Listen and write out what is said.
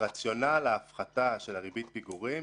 הרציונל של ההפחתה של ריבית הפיגורים,